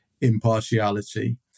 impartiality